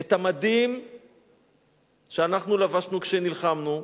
את המדים שאנחנו לבשנו כשנלחמנו,